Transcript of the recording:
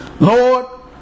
Lord